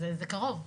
זה קרוב.